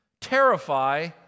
terrify